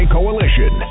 Coalition